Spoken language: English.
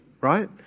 right